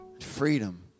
freedom